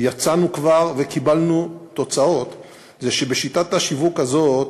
יצאנו כבר וקיבלנו תוצאות הוא שבשיטת השיווק הזאת,